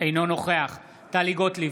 אינו נוכח טלי גוטליב,